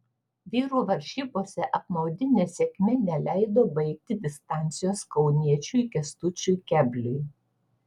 vyrų varžybose apmaudi nesėkmė neleido baigti distancijos kauniečiui kęstučiui kebliui